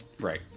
right